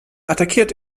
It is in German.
attackiert